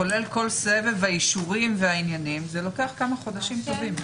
כולל כל סבב האישורים כמה חודשים טובים.